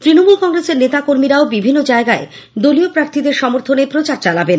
তৃণমূল কংগ্রেসের নেতা কর্মীরাও বিভিন্ন জায়গায় দলীয় প্রার্থীদের সমর্থনে প্রচার চালাবেন